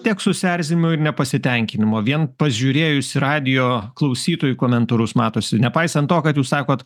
tiek susierzino ir nepasitenkinimo vien pažiūrėjus į radijo klausytojų komentarus matosi nepaisant to kad jūs sakot